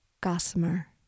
gossamer